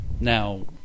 Now